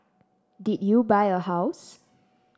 did you buy a house